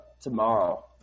tomorrow